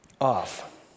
off